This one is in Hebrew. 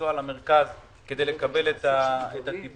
לנסוע למרכז כדי לקבל טיפול.